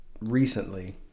recently